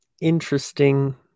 interesting